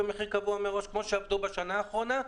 במחיר קבוע מראש כפי שעבדו בשנה האחרונה.